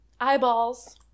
eyeballs